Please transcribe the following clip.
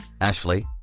Ashley